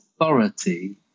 authority